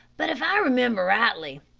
but if i remember rightly,